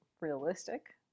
realistic